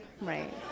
Right